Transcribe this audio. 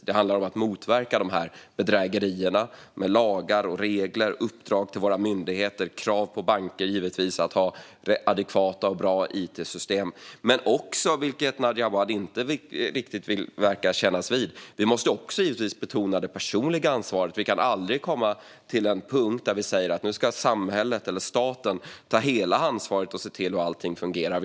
Det handlar om att motverka de här bedrägerierna med lagar och regler, uppdrag till våra myndigheter och givetvis krav på bankerna att ha adekvata och bra it-system. Men det handlar också om att betona det personliga ansvaret, något som Nadja Awad inte riktigt verkar vilja kännas vid. Vi kan aldrig komma till en punkt där vi säger att nu ska samhället eller staten ta hela ansvaret och se till att allting fungerar.